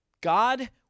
God